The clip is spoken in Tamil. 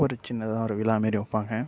ஒரு சின்னதாக ஒரு விழா மாரி வைப்பாங்க